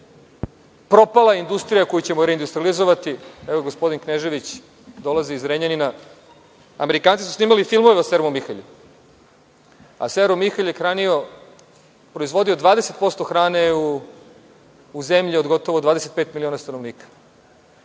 propala industrija koju ćemo reindustrijalizovati. Evo, gospodin Knežević dolazi iz Zrenjanina. Amerikanci su snimali filmove o „Servo Mihalju“, a „Servo Mihalj“ je hranio, proizvodio 20% hrane u zemlji od gotovo 25 miliona stanovnika.